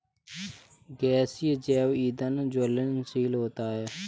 गैसीय जैव ईंधन ज्वलनशील होता है